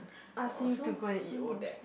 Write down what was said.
ask him to go and eat Odette